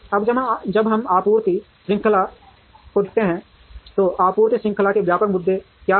अब जब हम आपूर्ति श्रृंखला को देखते हैं तो आपूर्ति श्रृंखला में व्यापक मुद्दे क्या हैं